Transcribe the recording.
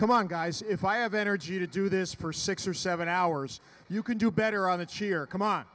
come on guys if i have energy to do this for six or seven hours you can do better on a cheer come on